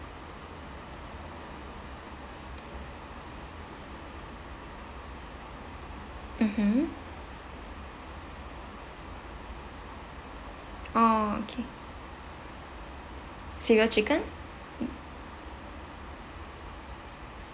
mmhmm orh okay cereal chicken